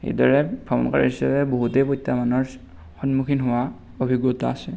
এইদৰে ভ্ৰমণকাৰী হিচাপে বহুতেই প্ৰত্যাহ্বানৰ সন্মুখীন হোৱা অভিজ্ঞতা আছে